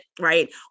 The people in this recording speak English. Right